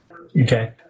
Okay